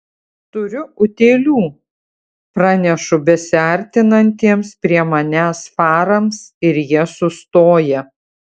turiu utėlių pranešu besiartinantiems prie manęs farams ir jie sustoja